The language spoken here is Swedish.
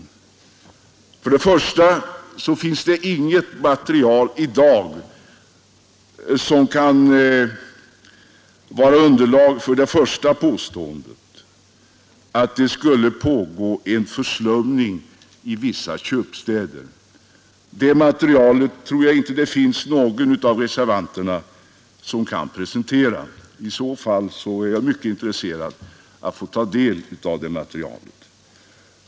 För det första finns det i dag inget material som kan vara underlag för det första påståendet, att det skulle pågå en förslumning av vissa köpstäder. Det materialet tror jag inte någon av reservanterna kan presentera — i annat fall är jag mycket intresserad av att få ta del av det materialet.